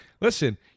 Listen